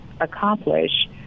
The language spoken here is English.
accomplish